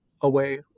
away